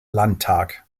landtag